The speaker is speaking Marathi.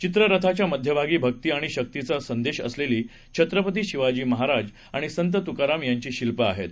चित्ररथाच्यामध्यभागी भक्तीआणिशक्तीचासंदेशअसलेलीछत्रपतीशिवाजीमहाराजआणिसंततुकारामयांचीशिल्पआहेत